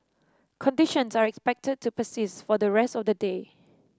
conditions are expected to persist for the rest of the day